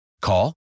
Call